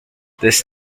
this